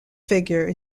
figure